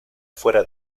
fuera